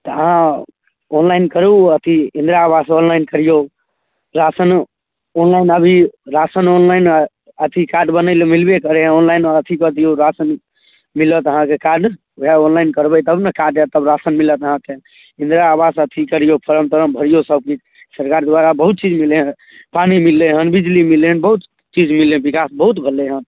हँ ऑनलाइन करू अथी इन्दिरा आवास ऑनलाइन करिऔ राशनो ऑनलाइन अभी राशन ऑनलाइन अथी कार्ड बनैलए मिलबे करैए ऑनलाइन अथी कऽ दिऔ राशन मिलत अहाँके कार्ड वएह ऑनलाइन करबै तब ने कार्ड आएत तब राशन मिलत अहाँके इन्दिरा आवास अथी करिऔ फार्म तार्म भरिऔ सबकिछु सरकार द्वारा बहुत चीज मिललै हँ पानी मिललै हँ बिजली मिललै हँ बहुत चीज मिललै हँ विकास बहुत भेलै हँ